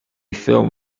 film